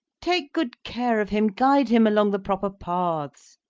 take good care of him guide him along the proper paths.